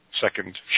second